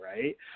right